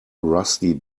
rusty